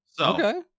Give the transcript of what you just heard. Okay